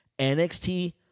NXT